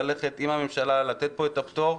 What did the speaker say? ללכת עם הממשלה לתת את הפטור,